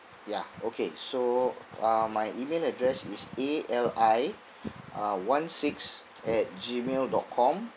ya okay so uh my email address is A L I uh one six at gmail dot com